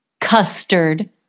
custard